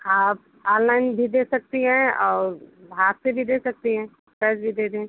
हाँ आप आनलाइन भी दे सकती हैं और हाथ से भी दे सकती हैं कैस भी दे दें